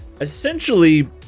essentially